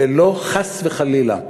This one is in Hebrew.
ולא חס וחלילה,